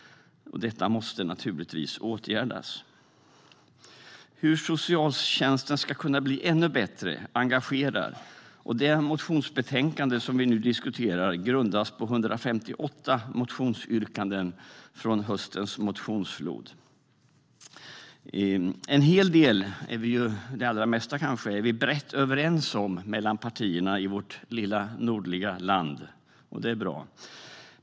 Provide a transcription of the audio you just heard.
Detta måste naturligtvis åtgärdas. Hur socialtjänsten ska kunna bli ännu bättre engagerar, och det motionsbetänkande vi diskuterar grundas på 158 motionsyrkanden från höstens motionsflod. En hel del, kanske det allra mesta, är vi brett överens om mellan partierna i vårt lilla nordliga land. Det är bra.